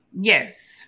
yes